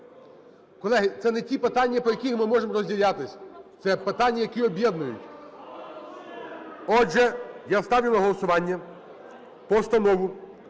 Колеги, це не ті питання, по яких ми можемо розділятися, це питання, які об'єднують. Отже, я ставлю на голосування Постанову